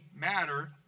matter